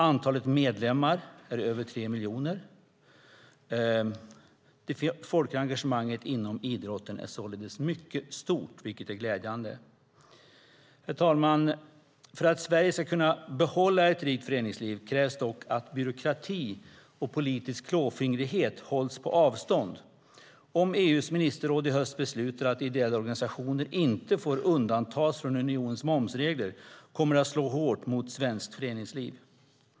Antalet medlemmar är över tre miljoner. Det folkliga engagemanget inom idrotten är således mycket stort, vilket är glädjande. Herr talman! För att Sverige ska kunna behålla ett rikt föreningsliv krävs dock att byråkrati och politisk klåfingrighet hålls på avstånd. Om EU:s ministerråd i höst beslutar att ideella organisationer inte får undantas från unionens momsregler kommer det att slå hårt mot svenskt föreningsliv.